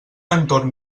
entorn